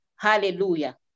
hallelujah